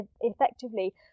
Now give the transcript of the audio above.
effectively